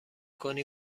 کنی